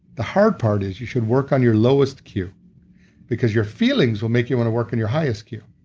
the hard part is you should work on your lowest q because your feelings will make you want to work in your highest q.